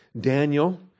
Daniel